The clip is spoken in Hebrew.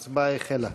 ההצבעה החלה.